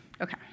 Okay